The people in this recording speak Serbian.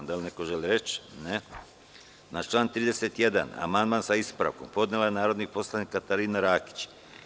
Da li neko želi reč? (Ne) Na član 31. amandman, sa ispravkom, je podnela narodni poslanik Katarina Rakić.